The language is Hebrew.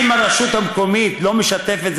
אם הרשות המקומית לא משתתפת,